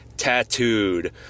tattooed